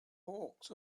hawks